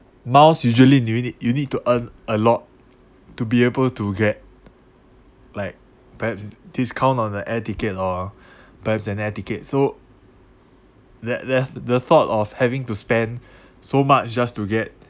miles usually do you need you need to earn a lot to be able to get like perhaps discount on the air ticket or perhaps an air ticket so that that the thought of having to spend so much just to get